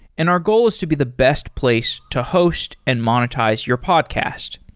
and our goal is to be the best place to host and monetize your podcast.